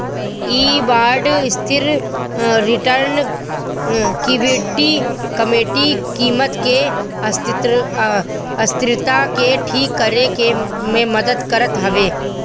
इ बांड स्थिर return equity कीमत के अस्थिरता के ठीक करे में मदद करत हवे